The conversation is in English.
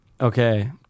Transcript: okay